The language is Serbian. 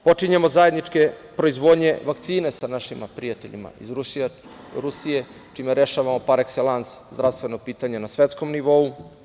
Počinjemo zajedničku proizvodnju vakcina sa našim prijateljima iz Rusije, čime rešavamo par ekselans zdravstveno pitanje na svetskom nivou.